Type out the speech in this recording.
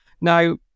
Now